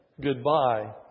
goodbye